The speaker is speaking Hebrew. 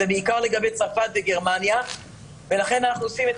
זה בעיקר לגבי צרפת וגרמניה ולכן אנחנו עושים את